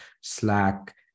slack